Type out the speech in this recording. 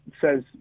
says